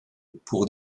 pour